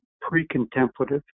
pre-contemplative